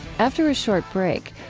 after a short break,